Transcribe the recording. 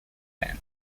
band